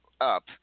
up